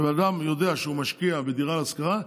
שבן אדם יודע שהוא משקיע בדירה להשכרה,